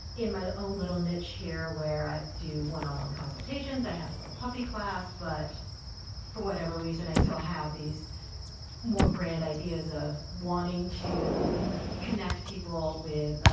in my own little niche here where i do one on one consultations. i have a little puppy class, but for whatever reason, i still have these more grand ideas of wanting to connect people with,